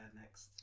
next